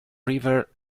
river